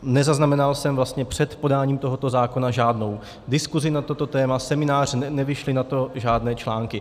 Nezaznamenal jsem vlastně před podáním tohoto zákona žádnou diskuzi na toto téma, seminář, nevyšly na to žádné články.